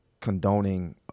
condoning